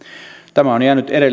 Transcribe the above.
tämä on jäänyt